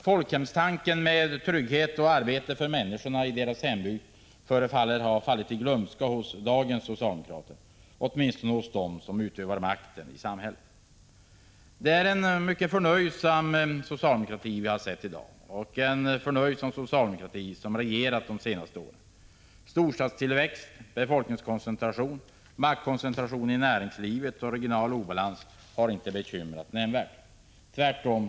Folkhemstanken med trygghet och arbete för människor i deras hembygd förefaller ha fallit i glömska hos dagens socialdemokrater; åtminstone hos dem som utövar makten i samhället. Det är en mycket förnöjsam socialdemokrati som vi har sett i dag och som har regerat de senaste åren. Storstadstillväxt, befolkningskoncentration, maktkoncentration inom näringslivet och regional obalans har inte bekymrat nämnvärt, tvärtom.